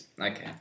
Okay